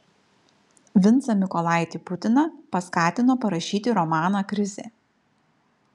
vincą mykolaitį putiną paskatino parašyti romaną krizė